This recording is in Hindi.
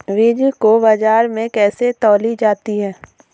बीज को बाजार में कैसे तौली जाती है?